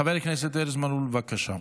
חבר הכנסת ארז מלול, בבקשה.